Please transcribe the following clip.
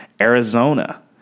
Arizona